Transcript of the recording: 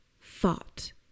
fought